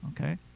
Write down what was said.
okay